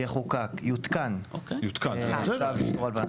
יחוקק, יותקן צו איסור הלבנת הון.